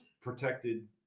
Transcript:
protected